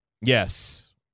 Yes